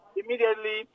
immediately